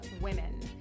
Women